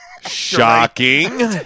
Shocking